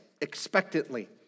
expectantly